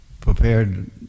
prepared